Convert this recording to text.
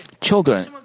children